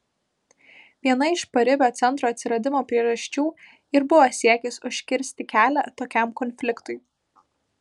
viena iš paribio centro atsiradimo priežasčių ir buvo siekis užkirsti kelią tokiam konfliktui